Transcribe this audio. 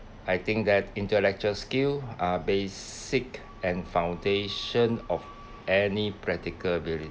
I think that intellectual skill are basic and foundation of any practical ability